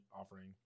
offering